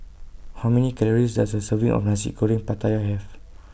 How Many Calories Does A Serving of Nasi Goreng Pattaya Have